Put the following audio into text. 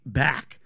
back